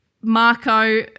Marco